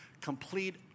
complete